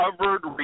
covered